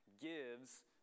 gives